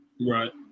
Right